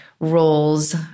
Roles